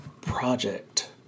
project